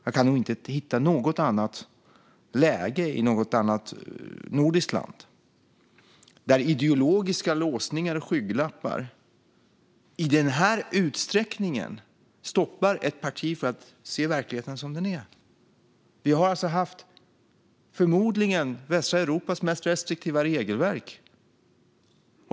Jag kan inte hitta något annat läge i något annat nordiskt land där ideologiska låsningar och skygglappar i den utsträckningen stoppar ett parti från att se verkligheten som den är. Vi har haft västra Europas förmodligen mest restriktiva regelverk.